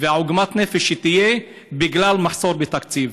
א-רחמאן א-רחים.